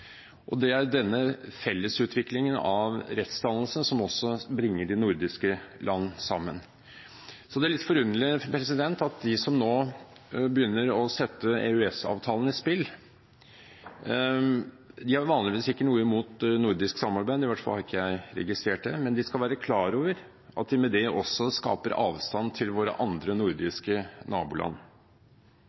og forordninger, og det er denne fellesutviklingen av rettsdannelsen som også bringer de nordiske land sammen. Så det er litt forunderlig at de som nå begynner å sette EØS-avtalen i spill, vanligvis ikke har noe imot nordisk samarbeid – i hvert fall har ikke jeg registrert det – men de skal være klar over at de med det også skaper avstand til våre andre nordiske naboland.